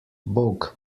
bog